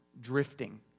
drifting